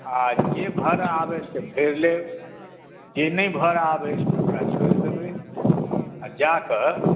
आ जे भरय आबए से भरि लेब जे नहि भरय आबए ओकरा छोड़ि देबै आ जा कऽ